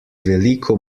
veliko